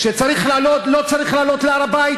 כשלא צריך לעלות להר-הבית,